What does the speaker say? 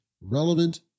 relevant